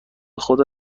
خدا